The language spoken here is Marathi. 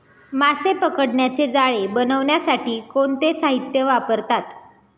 मासे पकडण्याचे जाळे बनवण्यासाठी कोणते साहीत्य वापरतात?